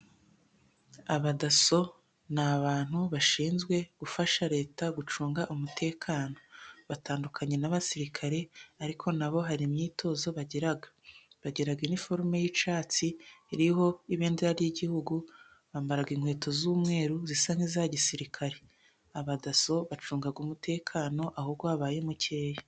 Abadaso ni abantu bashinzwe gufasha Leta gucunga umutekano, batandukanye n'abasirikare ariko nabo hari imyitozo bagira, bagira iniforume y'icyatsi iriho ibendera ry'igihugu, bambara inkweto z'umweru zisa nk'iza gisirikare. Abadaso bacunga umutekano aho wabaye muke.